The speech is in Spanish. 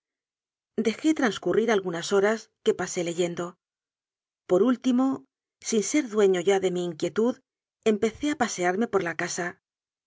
dejé transcurrir al gunas horas que pasé leyendo por último sin ser dueño ya de mi inquietud empecé a pasearme por la casa